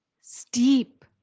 steep